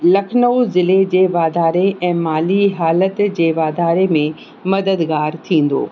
लखनऊ ज़िले जे वाधारे ऐं माली हालति जे वाधारे में मददगार थींदो